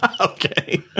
Okay